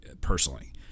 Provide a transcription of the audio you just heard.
personally